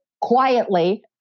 quietly